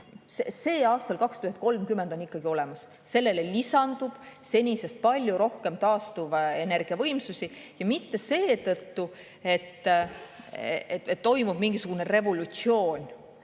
See on aastal 2030 ikkagi olemas. Sellele lisandub senisest palju rohkem taastuvenergiavõimsusi, ja mitte seetõttu, et toimub mingisugune revolutsioon.